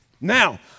Now